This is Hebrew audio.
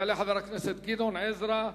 יעלה חבר הכנסת גדעון עזרא,